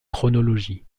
chronologie